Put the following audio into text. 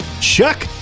chuck